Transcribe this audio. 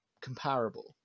comparable